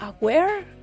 aware